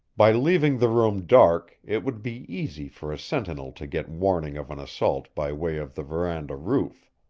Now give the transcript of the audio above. by leaving the room dark it would be easy for a sentinel to get warning of an assault by way of the veranda roof.